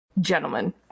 Gentlemen